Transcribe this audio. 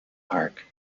park